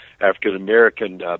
African-American